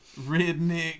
redneck